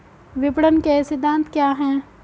विपणन के सिद्धांत क्या हैं?